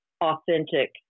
authentic